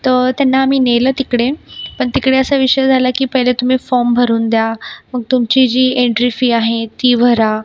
तर त्यांना आम्ही नेलं तिकडे पण तिकडे असा विषय झाला की पहिले तुम्ही फॉर्म भरून द्या मग तुमची जी एन्ट्री फी आहे ती भरा